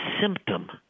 symptom